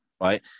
right